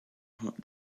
hot